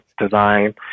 design